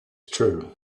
true